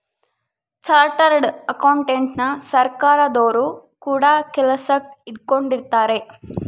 chartered ಅಕೌಂಟೆಂಟನ ಸರ್ಕಾರದೊರು ಕೂಡ ಕೆಲಸಕ್ ಇಟ್ಕೊಂಡಿರುತ್ತಾರೆ